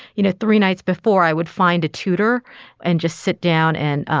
you know, three nights before i would find a tutor and just sit down and,